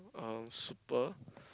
uh Super